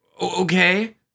okay